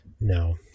No